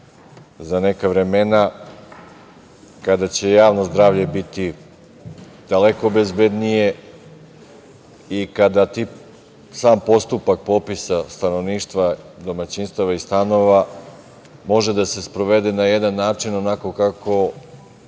za neka vremena kada će javno zdravlje biti daleko bezbednije i kada sam postupak popisa stanovništva, domaćinstava i stanova može da se sprovede na jedan način, onako kako